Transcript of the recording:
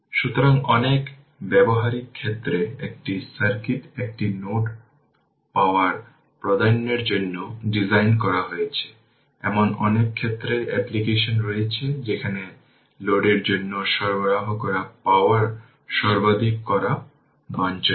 যদি চিহ্ন ঘড়ির কাঁটার দিকে এবং বিপরীত দিকে একই জিনিস পরিবর্তন করুন তাই এই VThevenin 22 ভোল্ট অতএব 1 সর্বোচ্চ পাওয়ার ট্রান্সফার RL RThevenin